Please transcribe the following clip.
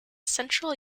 central